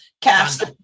cast